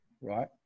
right